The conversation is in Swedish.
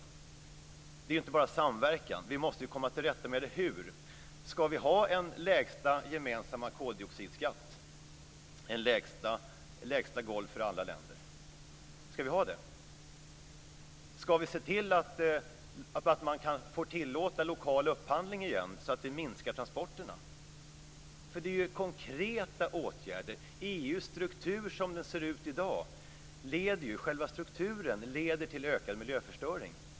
Det handlar inte bara om samverkan. Vi måste ju komma till rätta med hur detta ska ske. Ska vi ha en lägsta gemensamma koldioxidskatt, ett lägsta golv för alla länder? Ska vi ha det? Ska vi se till att man får tillåta lokal upphandling igen, så att vi minskar transporterna? Det är ju konkreta åtgärder. EU:s struktur som den ser ut i dag leder ju till ökad miljöförstöring.